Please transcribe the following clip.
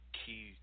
key